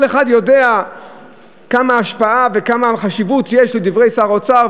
כל אחד יודע כמה השפעה וכמה חשיבות יש לדברי שר האוצר,